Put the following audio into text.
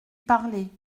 parler